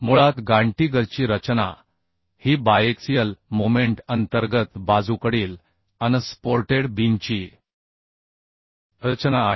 मुळात गांटीगरची रचना ही बायएक्सियल मोमेंट अंतर्गत बाजूकडील अनसपोर्टेड बीमची रचना आहे